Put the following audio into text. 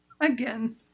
again